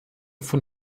von